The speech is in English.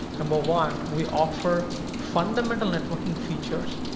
and but one, we offer fundamental networking features,